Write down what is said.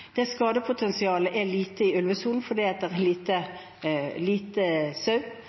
det er skadepotensialet som vurderes. Skadepotensialet er lite i ulvesonen, fordi det er lite sau der, og den sauen som er der, er